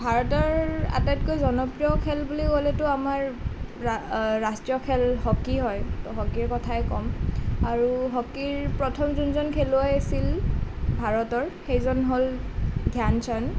ভাৰতৰ আটাইতকৈ জনপ্ৰিয় খেল বুলি ক'লেতো আমাৰ ৰাষ্ট্ৰীয় খেল হকী হয় তো হকীৰ কথাই ক'ম আৰু হকীৰ প্ৰথম যোনজন খেলুৱৈ আছিল ভাৰতৰ সেইজন হ'ল ধ্যানচান্দ